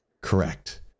Correct